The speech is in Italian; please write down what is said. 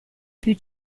più